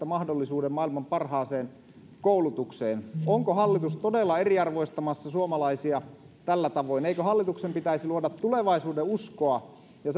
mahdollisuuden maailman parhaaseen koulutukseen onko hallitus todella eriarvoistamassa suomalaisia tällä tavoin eikö hallituksen pitäisi luoda tulevaisuudenuskoa ja